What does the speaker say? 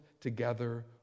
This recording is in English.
together